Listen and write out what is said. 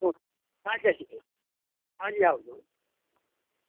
હા જયશ્રી ક્રષ્ણ હાજી આવજો હો